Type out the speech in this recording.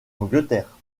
angleterre